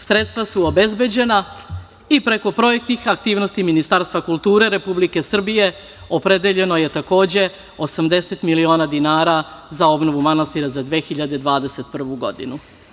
Sredstva su obezbeđena i preko projektnih aktivnosti Ministarstva kulture Republike Srbije opredeljeno je takođe 80 miliona dinara za obnovu manastira za 2021. godinu.